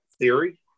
theory